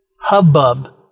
hubbub